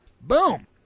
boom